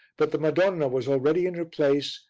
but the madonna was already in her place,